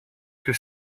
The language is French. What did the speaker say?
que